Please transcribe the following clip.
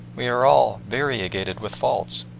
we are all variegated with faults.